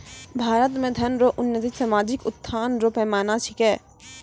भारत मे धन रो उन्नति सामाजिक उत्थान रो पैमाना छिकै